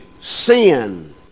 sin